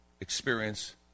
experience